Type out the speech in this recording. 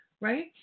right